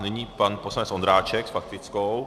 Nyní pan poslanec Ondráček s faktickou.